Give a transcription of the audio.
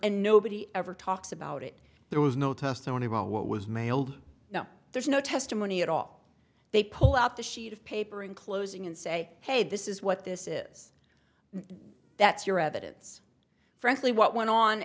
and nobody ever talks about it there was no testimony about what was mailed now there's no testimony at all they pull out the sheet of paper in closing and say hey this is what this is the that's your evidence frankly what went on